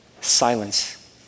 Silence